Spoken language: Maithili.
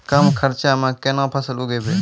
कम खर्चा म केना फसल उगैबै?